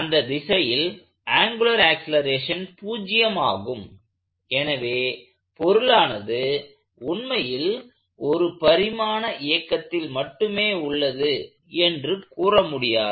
அந்த திசையில் angular acceleration 0 ஆகும் எனவே பொருளானது உண்மையில் ஒரு பரிமாண இயக்கத்தில் மட்டுமே உள்ளது என்று கூற முடியாது